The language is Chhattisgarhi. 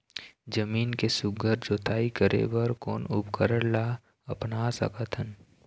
जमीन के सुघ्घर जोताई करे बर कोन उपकरण ला अपना सकथन?